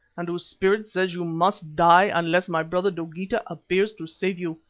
and whose spirit says you must die unless my brother dogeetah appears to save you.